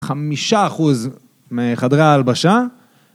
חמישה אחוז מחדרי ההלבשה